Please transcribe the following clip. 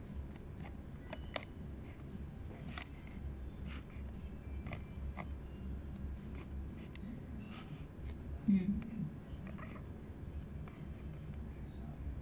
mm